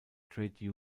trade